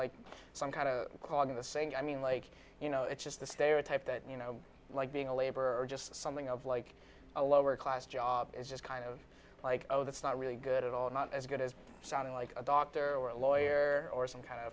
like some kind of cog in the sink i mean like you know it's just the stereotype that you know like being a laborer just something of like a lower class job is just kind of like oh that's not really good at all not as good as sounding like a doctor or a lawyer or some kind of